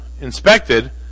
inspected